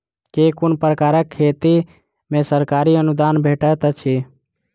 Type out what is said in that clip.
केँ कुन प्रकारक खेती मे सरकारी अनुदान भेटैत अछि?